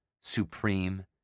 supreme